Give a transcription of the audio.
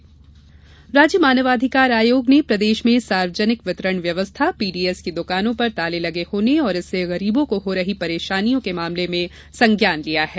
मानवाधिकार आयोग राज्य मानवाधिकार आयोग ने प्रदेश में सार्वजनिक वितरण व्यवस्था पीडीएस की दुकानों पर ताले लगे होने और इससे गरीबों को हो रही परेशानी के मामले में संज्ञान लिया है